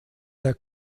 der